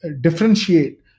differentiate